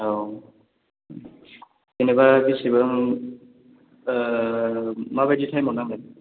औ जेनेबा बेसेबां माबायदि टाइमआव नांगोन